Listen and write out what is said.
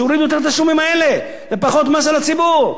שיורידו את התשלומים האלה, זה פחות מס על הציבור.